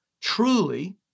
truly